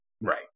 Right